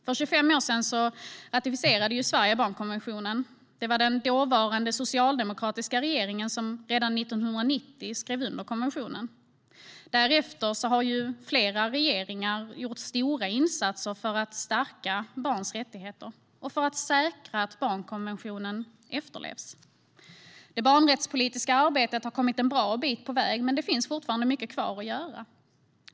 För 25 år sedan ratificerade Sverige barnkonventionen. Det var den dåvarande socialdemokratiska regeringen som redan 1990 skrev under konventionen. Därefter har flera regeringar gjort stora insatser för att stärka barns rättigheter och för att säkra att barnkonventionen efterlevs. Det barnrättspolitiska arbetet har kommit en bra bit på väg, men det finns fortfarande mycket kvar att göra.